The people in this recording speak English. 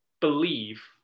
believe